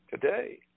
today